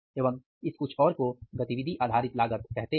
एवं इस कुछ और को गतिविधि आधारित लागत कहते हैं